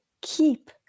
keep